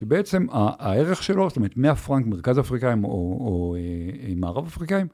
ובעצם הערך שלו, זאת אומרת, 100 פרנק מרכז אפריקאים או מערב אפריקאים.